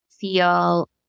feel